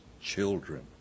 children